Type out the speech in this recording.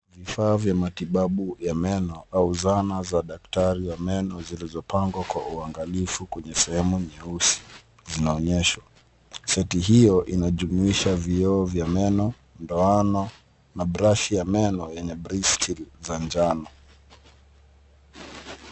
Vifaa vya matibabu ya meno au zana za daktari wa meno zilizo pangwa kwa uangalifu kwenye sehemu nyeusi zinaonyeshwa. Seti hio inajumuisha vio0 vya meno, ndoano na brashi ya meno yenye bristle za njano.